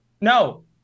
No